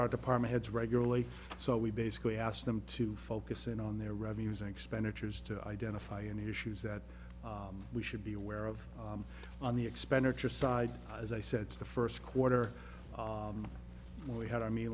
our department heads regularly so we basically asked them to focus in on their revenues in expenditures to identify any issues that we should be aware of on the expenditure side as i said it's the first quarter we had i me